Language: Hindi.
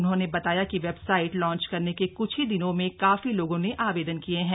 उन्होंने बताया कि वेबसाइट लांच करने के कुछ ही दिनों में काफी लोगों ने आवेदन किया है